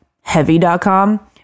heavy.com